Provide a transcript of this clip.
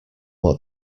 what